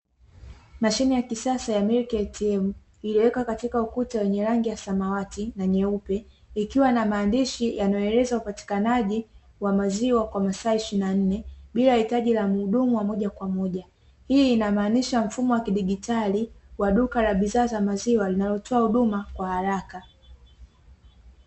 Mashine ya kisasa ya "milk ATM" iliyowekwa katika ukuta wenye rangi ya samawati na nyeupe, ikiwa na maandishi ya maelezo ya upatikanaji wa maziwa kwa masaa ishirini na nne bila hitaji la mhudumu wa moja kwa moja. Hii inamaanisha mfumo wa kidigitali wa duka la bidhaa za maziwa linalotoa huduma ya maziwa kwa haraka.